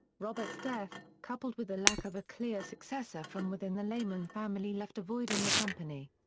robert's death, coupled with a lack of a clear successor from within the lehman family left a void in the company.